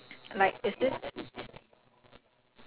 I think I told you a couple months ago I was using la roche posay right